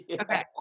Okay